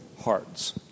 hearts